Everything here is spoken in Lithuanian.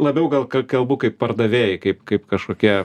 labiau gal kalbu kaip pardavėjai kaip kaip kašokia